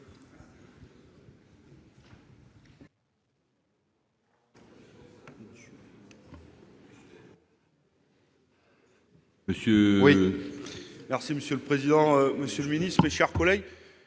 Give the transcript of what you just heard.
Monsieur le président, monsieur le ministre, mes chers collègues,